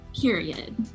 Period